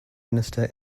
minister